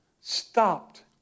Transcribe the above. Stopped